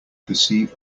perceive